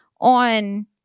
on